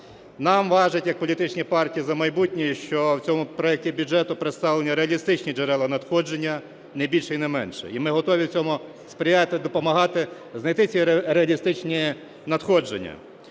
Нам важить як політичній "Партії "За майбутнє", що в цьому проекті бюджету представлені реалістичні джерела надходження, не більше і не менше. І ми готові цьому сприяти, допомагати, знайти ці реалістичні надходження.